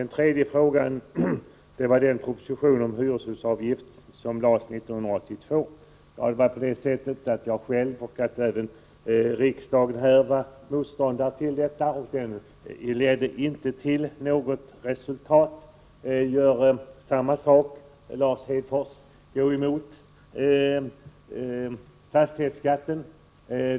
När det gäller den proposition om hyreshusavgift som lades fram 1982 var det på det sättet att jag själv och även riksdagen var motståndare till denna, och den propositionen ledde inte till något resultat. Gör samma sak nu, Lars Hedfors! Gå emot fastighetsskatten!